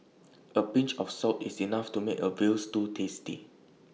A pinch of salt is enough to make A Veal Stew tasty